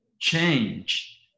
change